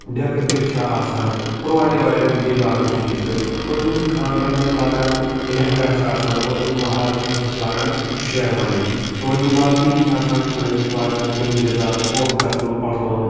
ڈٮ۪کہٕ ٹِکہٕ چھِ آسان اور واریاہ واریاہ بیٚیہِ باقٕے چیٖز تہِ اور تِم چھِ خاندرَن منٛز لاگان لہنٛگا چھِ آسان اور یِم مہراز چھِ آسان سُہ چھُ لاگان شیروانی اور یِم باقٕے یِم چھِ آسان یِم چھِ لاگان کمیٖز یَزار کوٹھ پیٚتہٕ پَتلوٗن